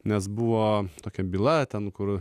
nes buvo tokia byla ten kur